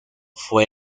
fue